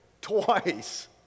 Twice